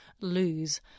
lose